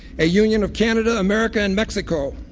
a union of canada, america and mexico.